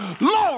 Lord